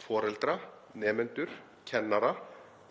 foreldra, nemendur, kennara,